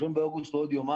1 באוגוסט זה עוד יומיים,